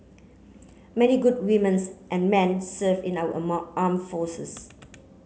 many good women and men serve in our arm forces